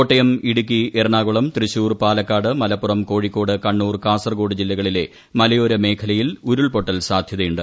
കോട്ടയം ഇടുക്കി എറണാകുളം തൃശൂർ പാലക്കാട് മലപ്പുറം കോഴിക്കോട് കണ്ണൂർ കാസർഗോഡ് ജില്ലകളിലെ മലയോര മേഖലയിൽ ഉരുൾപൊട്ടൽ സാധൃതയുണ്ട്